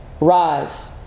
Rise